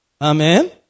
Amen